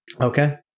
Okay